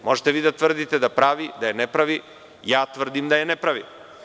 Možete vi da tvrdite da pravi, da je ne pravi, ja tvrdim da je ne pravi.